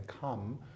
come